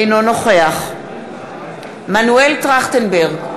אינו נוכח מנואל טרכטנברג,